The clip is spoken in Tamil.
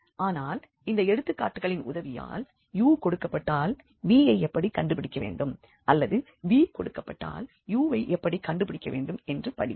ஆனால் இந்த எடுத்துக்காட்டுகளின் உதவியால் u கொடுக்கப்பட்டால் v யை எப்படி கண்டுபிடிக்கவேண்டும் அல்லது v கொடுக்கப்பட்டால் u வை எப்படி கண்டுபிடிக்கவேண்டும் என்று படிப்போம்